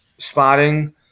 Spotting